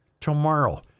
Tomorrow